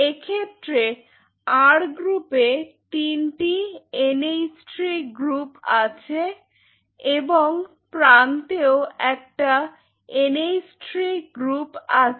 এক্ষেত্রে আর গ্রুপে তিনটি এন্ এইচ্ থ্রি গ্রুপ আছে এবং প্রান্তেও একটা এন্ এইচ্ থ্রি গ্রুপ আছে